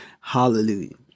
Hallelujah